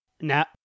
Now